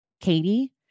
Katie